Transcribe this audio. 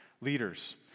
leaders